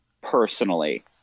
personally